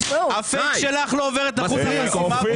הפייק שלך לא עובר את אחוז החסימה.